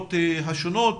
והמסגרות השונות